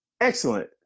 excellent